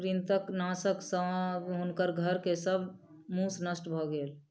कृंतकनाशक सॅ हुनकर घर के सब मूस नष्ट भ गेल